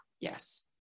Yes